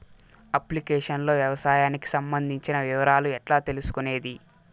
Application లో వ్యవసాయానికి సంబంధించిన వివరాలు ఎట్లా తెలుసుకొనేది?